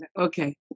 okay